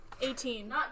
Eighteen